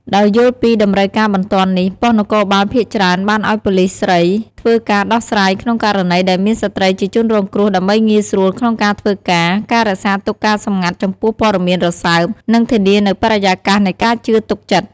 ដោយយល់ពីតម្រូវការបន្ទាន់នេះ ប៉ុស្ដិ៍នគរបាលភាគច្រើនបានឲ្យប៉ូលិសស្រីធ្វើការដោះស្រាយក្នុងករណីដែលមានស្ត្រីជាជនរងគ្រោះ ដើម្បីងាយស្រួលក្នុងការធ្វើការ ការរក្សាទុកការសម្ងាត់ចំពោះព័ត៌មានរសើប និង ធានានូវបរិយាកាសនៃការជឿទុកចិត្ត។